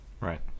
right